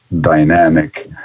dynamic